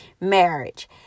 marriage